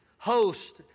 host